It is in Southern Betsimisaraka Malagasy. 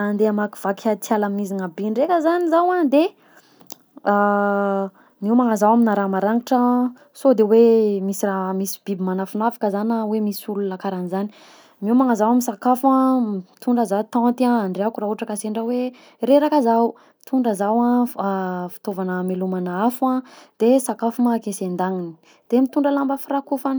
Andeha hamakivaky ala mizina be ndraika zany zaho a, de miomagna zah aminà raha maragnitra, sode hoe misy raha misy biby magnafignafika zany na hoe misy olona karaha anzay, miomagna zah amy sakafo a, mitondra zah tente handràko raha ohatra ka sendra hoe reraka zaho, mitondra zaho a fitaovagna hamelomana afo a, de sakafo ma akesy andagniny de mitondra lamba firakofana.